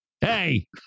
Hey